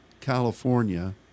California